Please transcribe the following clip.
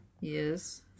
Yes